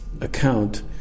Account